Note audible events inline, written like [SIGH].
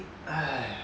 !aiya! [BREATH]